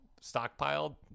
stockpiled